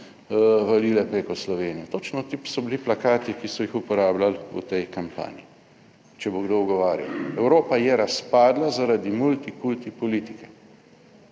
valile preko Slovenije, točno ti so bili plakati, ki so jih uporabljali v tej kampanji. Če bo kdo ugovarjal, Evropa je razpadla zaradi multikulti politike